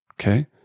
Okay